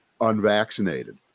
Unvaccinated